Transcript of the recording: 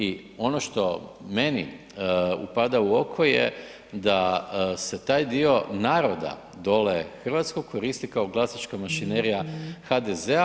I ono što meni upada u oko je da se taj dio naroda dole hrvatskog koristi kao glasačka mašinerija HDZ-a.